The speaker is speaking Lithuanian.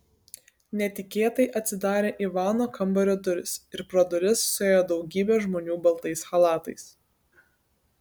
netikėtai atsidarė ivano kambario durys ir pro duris suėjo daugybė žmonių baltais chalatais